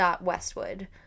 Westwood